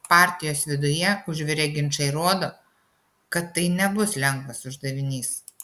partijos viduje užvirę ginčai rodo kad tai nebus lengvas uždavinys